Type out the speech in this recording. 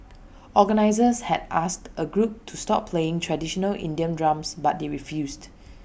organisers had asked A group to stop playing traditional Indian drums but they refused